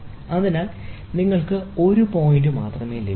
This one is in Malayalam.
അതിനാൽ നിങ്ങൾക്ക് ഒരു പോയിന്റ് മാത്രമേ ലഭിക്കൂ